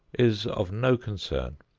is of no concern.